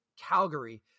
Calgary